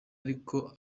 ariko